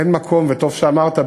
אין מקום בארץ-ישראל,